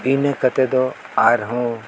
ᱤᱱᱟᱹ ᱠᱟᱛᱮ ᱫᱚ ᱟᱨᱦᱚᱸ